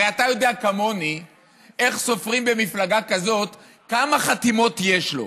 הרי אתה יודע כמוני איך סופרים במפלגה כזאת כמה חתימות יש לו.